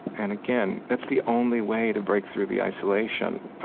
and, again, that's the only way to break through the isolation.